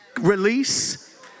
release